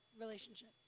relationship